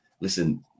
listen